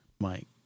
Mike